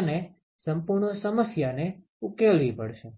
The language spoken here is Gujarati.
અને સંપૂર્ણ સમસ્યાને ઉકેલવી પડશે